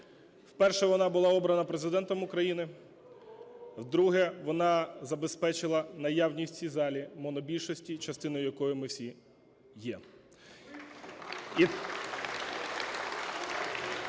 Вперше вона була обрана Президентом України. Вдруге вона забезпечила наявність в цій залі монобільшості, частиною якої ми всі є. (Оплески)